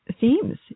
themes